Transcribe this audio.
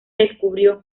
descubrió